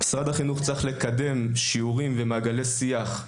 משרד החינוך צריך לקדם שיעורים ומעגלי שיח,